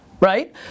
right